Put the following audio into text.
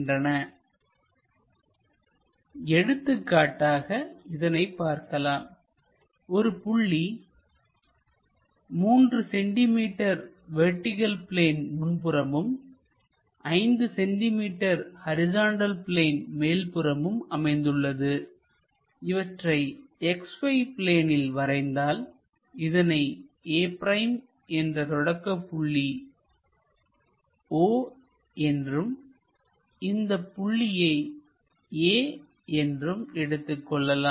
For example எடுத்துக்காட்டாக இதனைப் பார்க்கலாம் ஒரு புள்ளி 3 சென்டிமீட்டர் வெர்டிகள் பிளேன் முன்புறமும் 5 சென்டிமீட்டர் ஹரிசாண்டல் பிளேன் மேல் புறமும் அமைந்துள்ளது இவற்றை XY பிளேனில் வரைந்தால்இதனை a' என்றும் தொடக்கப்புள்ளி o என்றும் இந்தப் புள்ளியை a என்றும் எடுத்துக் கொள்ளலாம்